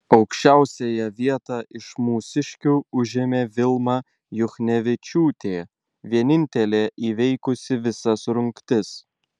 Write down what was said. aukščiausiąją vietą iš mūsiškių užėmė vilma juchnevičiūtė vienintelė įveikusi visas rungtis